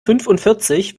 fünfundvierzig